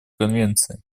конвенции